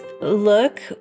look